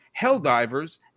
Helldivers